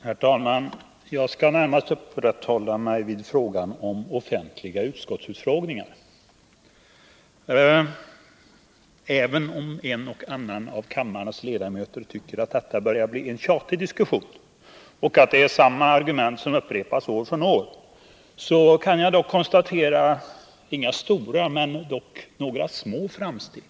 Herr talman! Jag skall närmast uppehålla mig vid frågan om offentliga utskottsutfrågningar. Även om en och annan av kammarens ledamöter tycker att diskussionen börjar bli tjatig och att det är samma argument som upprepas år från år, så kan jag dock notera inte några stora men väl några små framsteg.